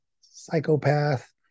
psychopath